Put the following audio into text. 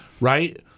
right